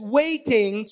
waiting